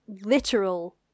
literal